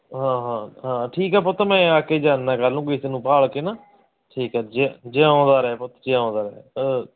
ਹਾਂ ਹਾਂ ਹਾਂ ਠੀਕ ਐ ਪੁੱਤ ਮੈਂ ਆ ਕੇ ਜਾਨਾ ਕੱਲ ਨੂੰ ਕਿਸੇ ਨੂੰ ਭਾਲ ਕੇ ਨਾ ਠੀਕ ਐ ਜਿਉਂਦਾ ਰਹਿ ਪੁੱਤ ਜਿਉਂਦਾ ਰਹਿ ਓਕੇ